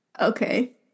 okay